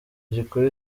gikuru